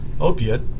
opiate